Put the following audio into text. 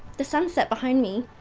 the sun set behind me!